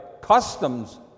customs